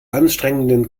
anstrengenden